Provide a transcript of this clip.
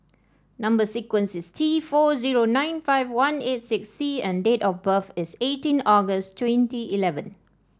number sequence is T four zero nine five one eight six C and date of birth is eighteen August twenty eleven